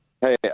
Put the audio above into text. Hey